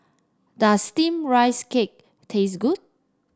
does steamed Rice Cake taste good